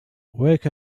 wake